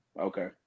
Okay